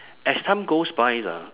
as time goes by ah